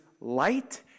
light